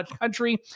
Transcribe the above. country